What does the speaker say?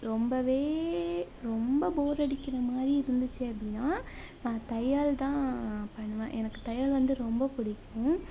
ரொம்பவே ரொம்ப போரடிக்கிற மாரி இருந்துச்சு அப்படினா நான் தையல் தான் பண்ணுவேன் எனக்கு தையல் வந்து ரொம்ப பிடிக்கும்